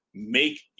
make